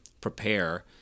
prepare